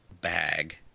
bag